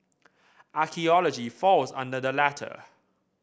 archaeology falls under the latter